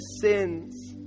sins